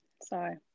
Sorry